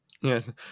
Yes